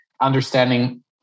understanding